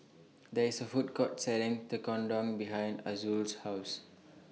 There IS A Food Court Selling Tekkadon behind Azul's House